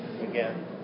again